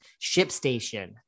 ShipStation